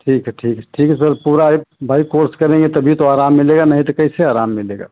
ठीक है ठीक है ठीक है सर पूरा ए बार कोर्स करेंगे तभी तो आराम मिलेगा नहीं तो कैसे आराम मिलेगा